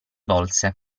volse